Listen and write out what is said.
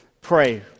pray